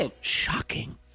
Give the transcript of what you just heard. shocking